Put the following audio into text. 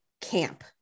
Camp